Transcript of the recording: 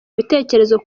ibitekerezo